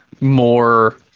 more